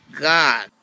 God